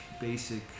basic